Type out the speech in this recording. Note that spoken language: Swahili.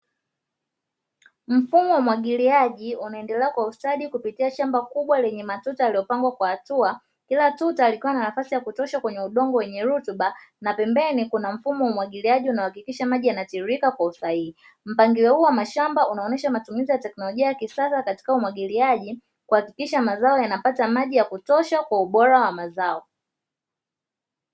Mfumo wa umwagiliaji unaendelea kwa ustadi kupitia shamba kubwa lenye matuta yaliyopangwa kwa hatua, kila tuta likiwa na nafasi ya kutosha kwenye udongo wenye rutuba na pembeni kuna mfumo wa umwagiliaji unaohakikisha maji yanatiririka kwa usahihi; mpangilio huu wa mashamba unaonesha matumizi ya teknolojia ya kisasa katika umwagiliaji kuhakikisha mazao yanapata maji ya kutosha kwa ubora wa mazao.